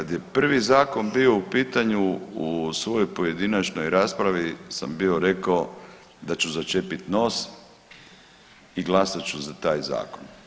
Kad je prvi zakon bio u pitanju u svojoj pojedinačnoj raspravi sam bio rekao da ću začepit nos i glasat ću za taj zakon.